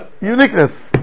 Uniqueness